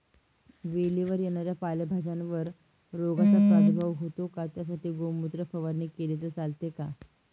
वेलीवर येणाऱ्या पालेभाज्यांवर रोगाचा प्रादुर्भाव होतो का? त्यासाठी गोमूत्र फवारणी केली तर चालते का?